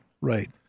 right